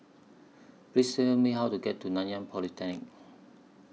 Please Tell Me How to get to Nanyang Polytechnic